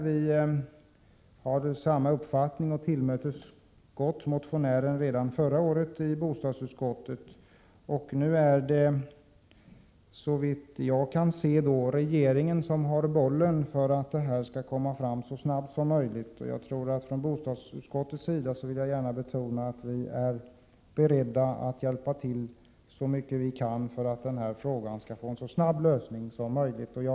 Vi har samma uppfattning som motionären. Redan förra året tillmötesgick vi dennes önskemål. Såvitt jag förstår ligger bollen nu hos regeringen. Det är alltså regeringen som har ett ansvar för att frågan förs framåt så snabbt som möjligt. Jag vill gärna betona att vi i bostadsutskottet är beredda att hjälpa till så mycket vi kan för att möjliggöra att frågan löses så snart som möjligt.